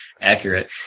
accurate